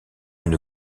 une